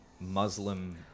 Muslim